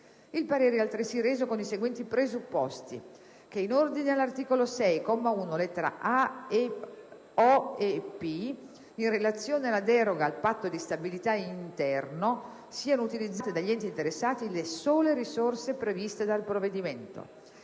Il parere è altresì reso con i seguenti presupposti: - che, in ordine all'articolo 6, comma 1, lettere *o)* e *p),* in relazione alla deroga al Patto di stabilità interno, siano utilizzate dagli enti interessati le sole risorse previste dal provvedimento;